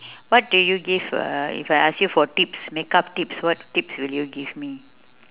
what do you give uh if I ask you for tips makeup tips what tips will you give me